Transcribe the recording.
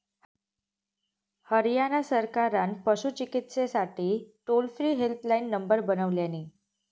हरयाणा सरकारान पशू चिकित्सेसाठी टोल फ्री हेल्पलाईन नंबर बनवल्यानी